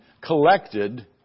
collected